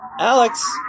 Alex